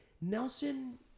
Nelson